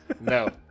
no